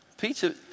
Peter